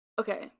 Okay